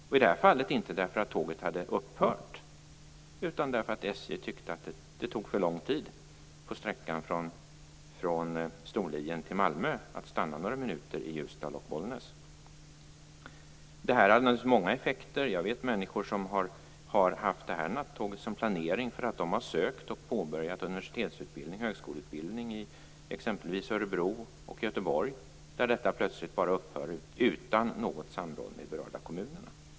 Och i det här fallet var det inte därför att tåget hade upphört, utan därför att SJ tyckte att det tog för lång tid på sträckan Storlien-Malmö att stanna några minuter i Ljusdal och Bollnäs. Det här hade naturligtvis många effekter. Jag vet människor som med det här nattåget i planeringen sökt och påbörjat universitets eller högskoleutbildning i exempelvis Örebro och Göteborg. Sedan upphör detta plötsligt, utan något samråd med de berörda kommunerna.